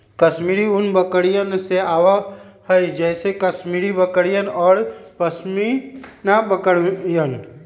कश्मीरी ऊन बकरियन से आवा हई जैसे कश्मीरी बकरियन और पश्मीना बकरियन